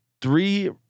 three